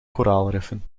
koraalriffen